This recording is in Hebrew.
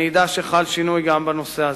אני אדע שחל שינוי גם בנושא הזה.